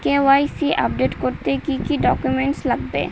KYC update করতে কি কি ডকুমেন্টস লাগবে?